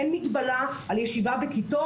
אין מגבלה על ישיבה בכיתות.